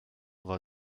war